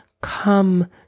come